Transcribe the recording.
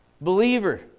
believer